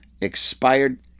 expired